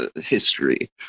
history